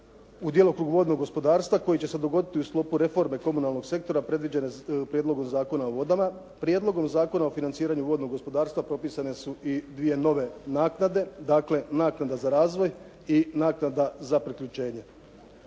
u djelokrugu vodnog gospodarstva koji će se dogoditi u sklopu reforme komunalnog sektora predviđene u Prijedlogu Zakona o vodama. Prijedlogom Zakona o financiranju vodnog gospodarstva propisane su i dvije nove naknade. Dakle, naknada za razvoj i naknada za priključenje.